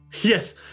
Yes